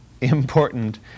important